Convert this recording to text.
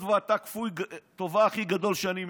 היות שאתה כפוי הטובה הכי גדול שאני מכיר,